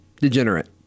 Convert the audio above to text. degenerate